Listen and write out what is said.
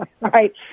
right